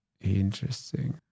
interesting